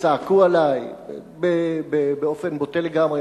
צעקו עלי באופן בוטה לגמרי.